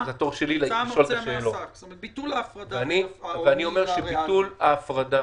ביטול ההפרדה